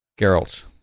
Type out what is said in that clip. Geralt